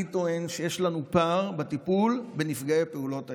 אני טוען שיש לנו פער בטיפול בנפגעי פעולות האיבה.